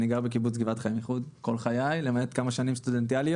אני גר בקיבוץ גבעת חיים איחוד כל חיי למעט כמה שנים סטודנטיאליות.